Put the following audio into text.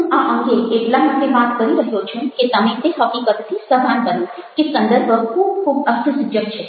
હું આ અંગે એટલા માટે વાત કરી રહ્યો છું કે તમે તે હકીકતથી સભાન બનો કે સંદર્ભ ખૂબ ખૂબ અર્થસૂચક છે